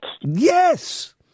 Yes